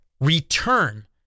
return